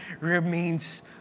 remains